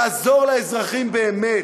לעזור לאזרחים באמת,